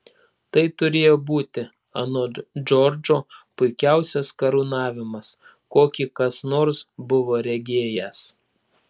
tai turėjo būti anot džordžo puikiausias karūnavimas kokį kas nors buvo regėjęs